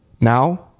now